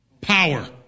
power